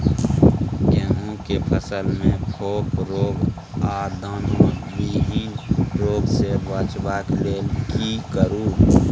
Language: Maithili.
गेहूं के फसल मे फोक रोग आ दाना विहीन रोग सॅ बचबय लेल की करू?